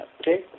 Okay